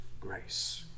grace